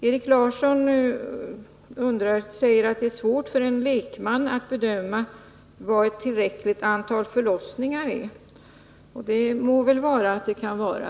Erik Larsson säger att det är svårt för en lekman att bedöma vad ett tillräckligt antal förlossningar är, och det kan det väl vara.